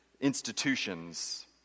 institutions